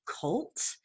cult